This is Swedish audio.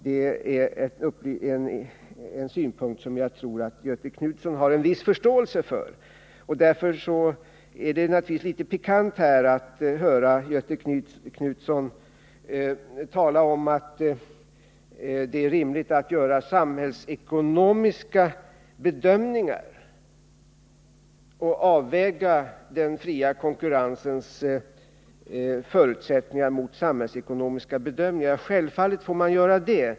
Det är en synpunkt som jag tror att Göthe Knutson har en viss förståelse för. Därför är det litet pikant att här höra Göthe Knutson tala om att det är rimligt att göra samhällsekonomiska bedömningar och avväga den fria konkurrensens förutsättningar mot samhällsekonomiska bedömningar. Självfallet får man göra det.